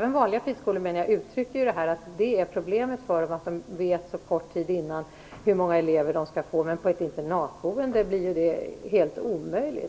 för vanliga friskolor är det ett problem att de så kort tid innan vet hur många elever de skall få, och för en internatskola blir ju detta helt omöjligt.